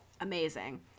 amazing